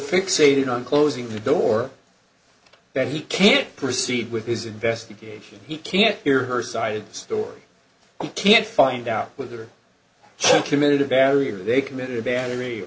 fixated on closing the door that he can't proceed with his investigation he can't hear her side of the story and can't find out with her so committed a barrier they committed a battery